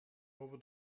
over